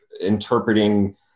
interpreting